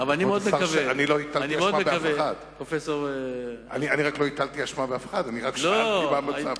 אני לא הטלתי אשמה באף אחד, אני רק שאלתי מה המצב.